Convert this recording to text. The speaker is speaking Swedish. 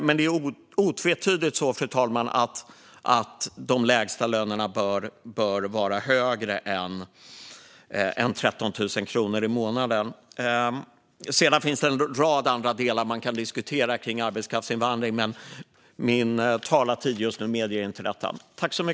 Men det är otvetydigt så, fru talman, att de lägsta lönerna bör vara högre än 13 000 kronor i månaden. Sedan finns en rad andra delar man kan diskutera i fråga om arbetskraftsinvandring, men min talartid medger inte detta just nu.